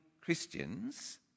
Christians